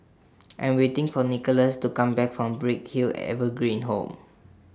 I'm waiting For Nicolas to Come Back from Bright Hill Evergreen Home